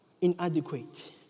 inadequate